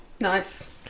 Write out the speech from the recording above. nice